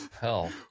hell